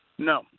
No